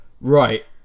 right